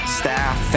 staff